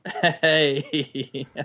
Hey